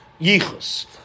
yichus